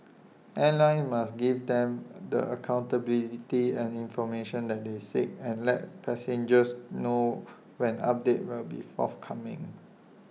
airlines must give them the accountability and information that they seek and let passengers know when updates will be forthcoming